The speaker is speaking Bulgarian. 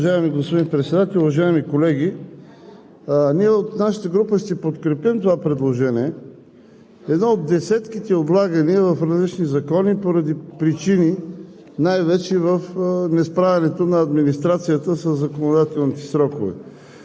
Уважаеми господин Председател, уважаеми колеги! Ние от нашата група ще подкрепим това предложение – едно от десетките отлагания в различни закони, поради причини най-вече в несправянето на администрацията със законодателните срокове.